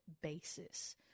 basis